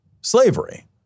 slavery